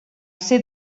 ser